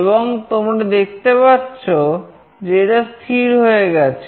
এবং তোমরা দেখতে পাচ্ছ যে এটা স্থির হয়ে গেছে